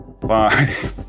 bye